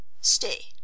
Stay